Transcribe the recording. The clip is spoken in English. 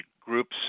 groups